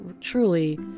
truly